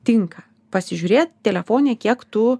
tinka pasižiūrėt telefone kiek tu